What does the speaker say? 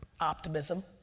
Optimism